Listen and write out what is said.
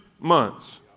Months